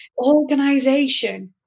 organization